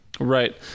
Right